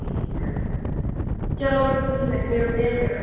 ਠੀਕ ਹੈ ਚਲੋ ਠੀਕ ਹੈ ਜੀ ਮਿਲਦੇ ਐ ਫਿਰ